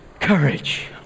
courage